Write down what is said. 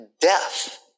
death